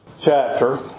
chapter